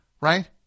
Right